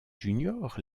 junior